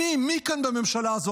מי כאן בממשלה הזו,